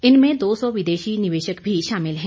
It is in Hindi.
इनमें दो सौ विदेशी निवेशक भी शामिल हैं